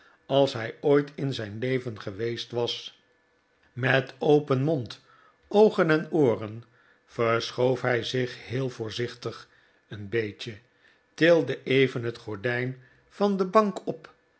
als hij ooit in zijn leven geweest was met open mond oogen en ooren verschoof hij zich heel voorzichtig een beetje tilde even het gordijn van de bank op